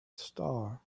star